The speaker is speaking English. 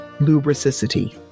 lubricity